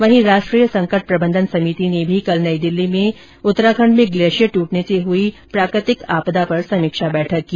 वहीं राष्ट्रीय संकट प्रबंधन समिति ने भी कल नई दिल्ली में उत्तराखंड में ग्लेशियर ट्रटने से आई प्राकृतिक आपदा पर समीक्षा बैठक की